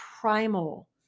primal